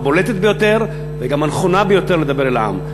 הבולטת ביותר וגם הנכונה ביותר לדבר אל העם.